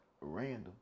Random